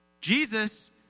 Jesus